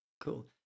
Cool